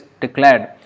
declared